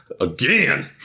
Again